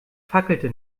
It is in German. fackelte